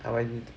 and when